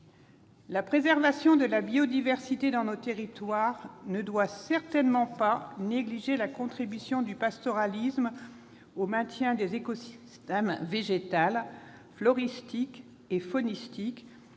La préservation de la biodiversité dans nos territoires ne doit certainement pas négliger la contribution du pastoralisme au maintien des écosystèmes floristique et faunistique,